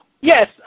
Yes